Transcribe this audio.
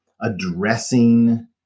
addressing